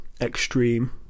extreme